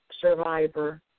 survivor